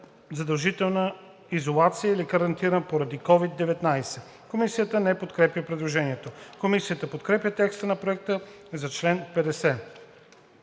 задължителна изолация или карантина поради COVID-19.“ Комисията не подкрепя предложението. Комисията подкрепя текста на Проекта за чл. 50.